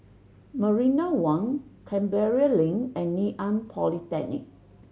Marina One Canberra Link and Ngee Ann Polytechnic